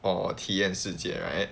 or 体验世界 right